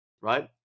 right